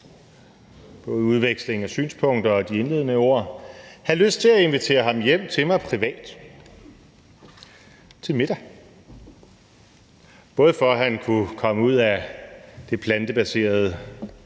til udvekslingen af synspunkter og de indledende ord, have lyst til at invitere ham hjem til mig privat til middag, både for at han kunne komme ud af det plantebaserede